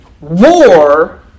war